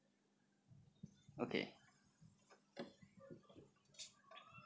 okay